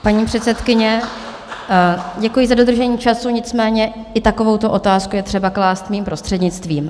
Paní předsedkyně, děkuji za dodržení času, nicméně i takovouto otázku je třeba klást mým prostřednictvím.